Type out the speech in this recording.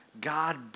God